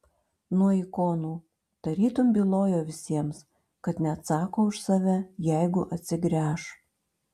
nuo ikonų tarytum bylojo visiems kad neatsako už save jeigu atsigręš